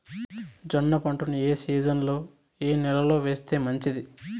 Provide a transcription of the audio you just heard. జొన్న పంట ఏ సీజన్లో, ఏ నెల లో వేస్తే మంచిది?